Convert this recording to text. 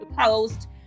post